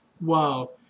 Wow